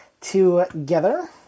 together